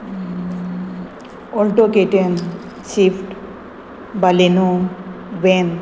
Alto K T M shift Baleno वॅम